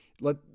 let